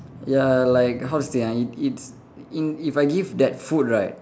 ya like how to say uh it it's in if I give that food right